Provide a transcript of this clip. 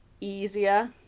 easier